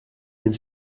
minn